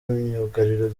myugariro